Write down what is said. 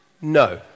No